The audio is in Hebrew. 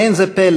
אין זה פלא